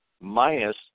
minus